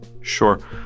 Sure